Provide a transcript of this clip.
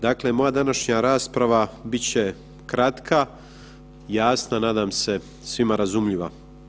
Dakle, moja današnja rasprava bit će kratka, jasna nadam se svima razumljiva.